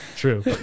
true